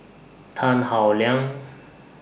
Tan Howe Liang